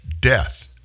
death